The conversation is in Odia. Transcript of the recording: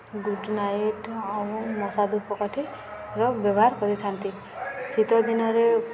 ଗୁଡ଼୍ନାଏଟ୍ ଆଉ ମଶା ଧୂପକାଠିର ବ୍ୟବହାର କରିଥାନ୍ତି ଶୀତ ଦିନରେ